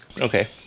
Okay